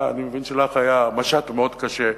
אני מבין שלך היה משט מאוד קשה,